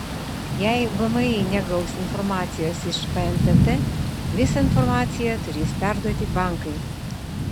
jei vmi negaus informacijos iš fntt visą informaciją turės perduoti bankai